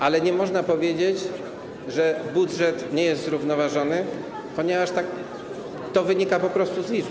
Ale nie można powiedzieć, że budżet nie jest zrównoważony, ponieważ to wynika po prostu z liczb.